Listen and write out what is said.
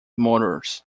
motors